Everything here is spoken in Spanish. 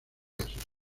asesoró